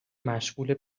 مشغوله